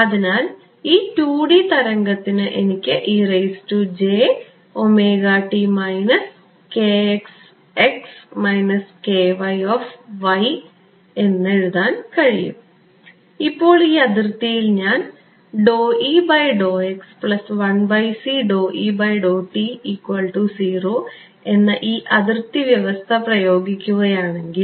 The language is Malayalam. അതിനാൽ ഈ 2 D തരംഗത്തിന് എനിക്ക് എന്നെഴുതാൻ കഴിയും ഇപ്പോൾ ഈ അതിർത്തിയിൽ ഞാൻ എന്ന ഈ അതിർത്തി വ്യവസ്ഥ പ്രയോഗിക്കുകയാണെങ്കിൽ